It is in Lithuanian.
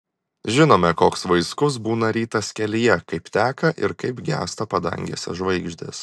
žinome koks vaiskus būna rytas kelyje kaip teka ir kaip gęsta padangėse žvaigždės